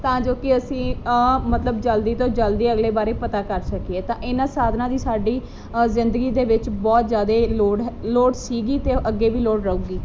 ਤਾਂ ਜੋ ਕਿ ਅਸੀਂ ਮਤਲਬ ਜਲਦੀ ਤੋਂ ਜਲਦੀ ਅਗਲੇ ਬਾਰੇ ਪਤਾ ਕਰ ਸਕੀਏ ਤਾਂ ਇਹਨਾਂ ਸਾਧਨਾਂ ਦੀ ਸਾਡੀ ਅ ਜ਼ਿੰਦਗੀ ਦੇ ਵਿੱਚ ਬਹੁਤ ਜ਼ਿਆਦਾ ਲੋੜ ਹੈ ਲੋੜ ਸੀਗੀ ਅਤੇ ਉਹ ਅੱਗੇ ਲੋੜ ਰਹੂਗੀ